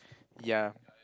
ya